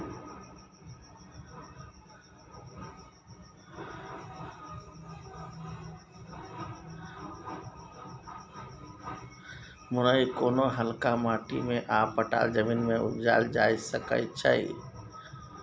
मुरय कोनो हल्का माटि आ पटाएल जमीन मे उपजाएल जा सकै छै